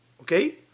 Okay